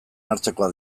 hartzekoak